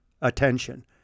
attention